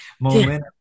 momentum